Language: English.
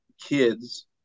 kids